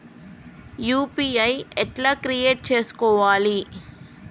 UPI ఎట్లా create చేసుకోవాలి?